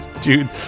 dude